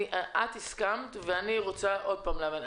הסכמת אבל אני רוצה להבין.